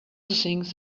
things